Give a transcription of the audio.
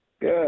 Good